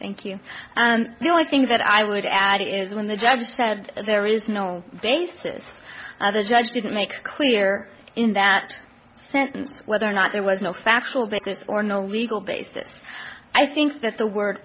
thank you and the only thing that i would add is when the judge said there is no basis other judges didn't make clear in that sentence whether or not there was no factual basis or no legal basis i think that the word